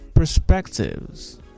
perspectives